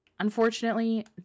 Unfortunately